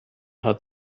hat